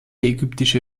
ägyptische